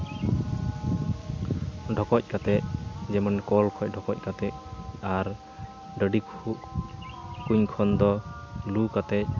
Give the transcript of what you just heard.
ᱰᱷᱚᱠᱚᱡ ᱠᱟᱛᱮᱫ ᱡᱮᱢᱚᱱ ᱠᱚᱞ ᱠᱷᱚᱱ ᱰᱷᱚᱠᱚᱡ ᱠᱟᱛᱮᱫ ᱟᱨ ᱰᱟᱹᱰᱤ ᱠᱩᱧ ᱠᱷᱚᱱ ᱫᱚ ᱞᱩ ᱠᱟᱛᱮᱫ